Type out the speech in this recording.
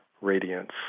radiance